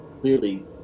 clearly